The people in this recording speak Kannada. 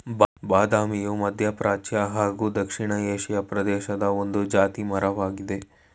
ಬಾದಾಮಿಯು ಮಧ್ಯಪ್ರಾಚ್ಯ ಹಾಗೂ ದಕ್ಷಿಣ ಏಷಿಯಾ ಪ್ರದೇಶದ ಒಂದು ಜಾತಿ ಮರ ವಾಗಯ್ತೆ